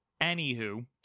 anywho